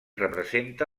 representa